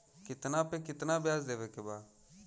कितना पे कितना व्याज देवे के बा?